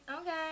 okay